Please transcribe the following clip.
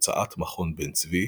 הוצאת מכון בן צבי,